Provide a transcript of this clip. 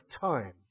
time